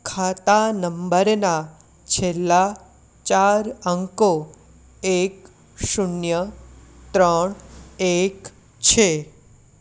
ખાતા નંબરના છેલ્લા ચાર અંકો એક શૂન્ય ત્રણ એક છે